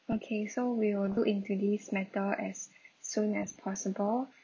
okay so we will look into this matter as soon as possible